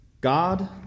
God